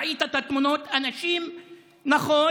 ראית את התמונות: נכון,